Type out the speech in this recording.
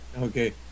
okay